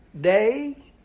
day